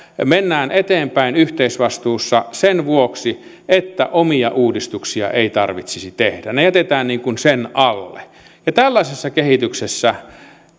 mennään eteenpäin yhteisvastuussa sen vuoksi että omia uudistuksia ei tarvitsisi tehdä ne jätetään ikään kuin sen alle ja tällaisessa kehityksessä